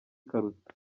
karuta